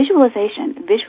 visualization